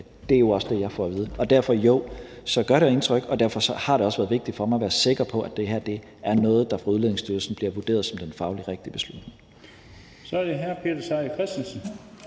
Det er jo også det, jeg får at vide. Derfor: Jo, det gør indtryk, og derfor har det også været vigtigt for mig at være sikker på, at det her er noget, der fra Udlændingestyrelsens side bliver vurderet som den fagligt rigtige beslutning. Kl. 14:39 Den fg. formand